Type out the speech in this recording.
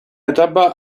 etapa